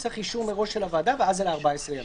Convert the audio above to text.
צריך אישור מראש של הוועדה,